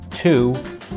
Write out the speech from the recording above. Two